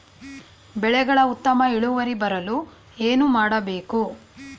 ಬೆಳೆಗಳ ಉತ್ತಮ ಇಳುವರಿ ಬರಲು ಏನು ಮಾಡಬೇಕು?